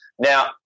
Now